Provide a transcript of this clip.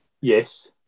Yes